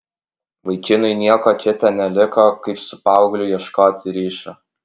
vaikinui nieko kita neliko kaip su paaugliu ieškoti ryšio